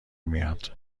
میاید